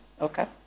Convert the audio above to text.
Okay